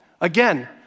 again